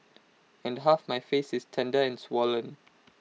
and half my face is tender and swollen